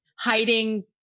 hiding